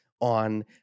on